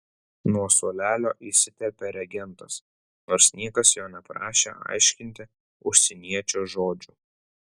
nuo suolelio įsiterpė regentas nors niekas jo neprašė aiškinti užsieniečio žodžių